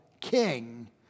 king